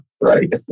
right